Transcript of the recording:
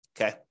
okay